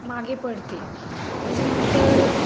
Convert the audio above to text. मागे पडते त्याच्यानंतर